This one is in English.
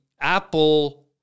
apple